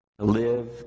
Live